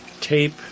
Tape